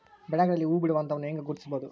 ಬೆಳೆಗಳಲ್ಲಿ ಹೂಬಿಡುವ ಹಂತವನ್ನು ಹೆಂಗ ಗುರ್ತಿಸಬೊದು?